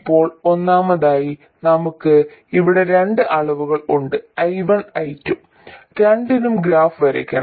ഇപ്പോൾ ഒന്നാമതായി നമുക്ക് ഇവിടെ രണ്ട് അളവുകൾ ഉണ്ട് I1 I2 രണ്ടിനും ഗ്രാഫ് വരയ്ക്കണം